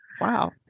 Wow